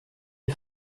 est